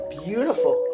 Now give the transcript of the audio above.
beautiful